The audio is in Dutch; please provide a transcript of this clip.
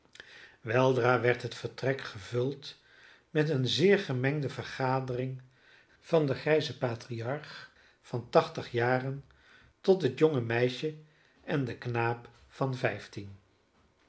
weldra werd het vertrek gevuld met eene zeer gemengde vergadering van den grijzen patriarch van tachtig jaren tot het jonge meisje en den knaap van vijftien